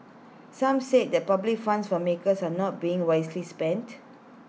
some said that public funds for makers are not being wisely spent